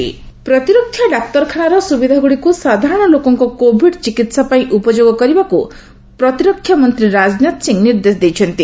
Rajnath COVID ପ୍ରତିରକ୍ଷା ଡାକ୍ତରଖାନାର ସୁବିଧାଗୁଡିକୁ ସାଧାରଣ ଲୋକଙ୍କ କୋଭିଡ ଚିକିତ୍ସା ପାଇଁ ଉପଯୋଗ କରିବାକୁ ପ୍ରତିରକ୍ଷା ମନ୍ତ୍ରୀ ରାଜନାଥ ସିଂହ ନିର୍ଦ୍ଦେଶ ଦେଇଛନ୍ତି